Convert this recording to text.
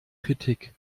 kritik